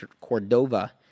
Cordova